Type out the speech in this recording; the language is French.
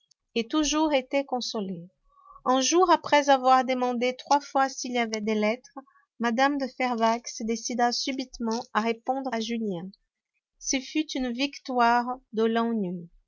et toujours était consolée un jour après avoir demandé trois fois s'il y avait des lettres mme de fervaques se décida subitement à répondre à julien ce fut une victoire de